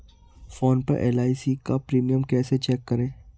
Phone पर एल.आई.सी का premium कैसे चेक करें?